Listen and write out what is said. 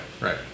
right